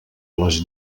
les